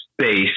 space